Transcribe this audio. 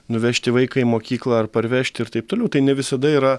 nuvežti vaiką į mokyklą ar parvežti ir taip toliau tai ne visada yra